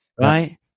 Right